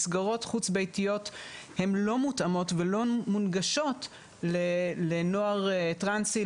מסגרות חוץ ביתיות הן לא מותאמות ולא מונגשות לנוער טרנסי,